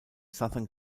southern